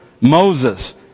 Moses